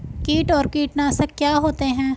कीट और कीटनाशक क्या होते हैं?